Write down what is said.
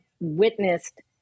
witnessed